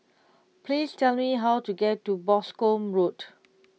please tell me how to get to Boscombe Road